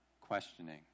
questioning